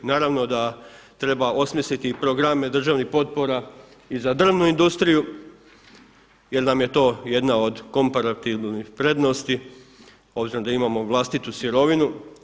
Naravno da treba osmisliti i programe državnih potpora i za drvnu industriju, jer nam je to jedna od komparativnih prednosti obzirom da imamo vlastitu sirovinu.